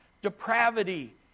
depravity